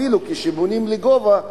אפילו כשבונים לגובה,